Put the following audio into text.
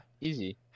Easy